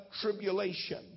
tribulation